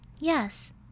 yes